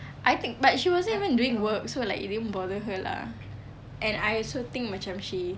I think but she wasn't even doing work so it didn't bother her lah and I also think macam she